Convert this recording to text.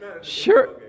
sure